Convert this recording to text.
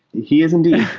he is indeed